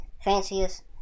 fanciest